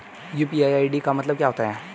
UPI ID का मतलब क्या होता है?